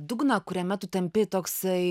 dugną kuriame tu tampi toksai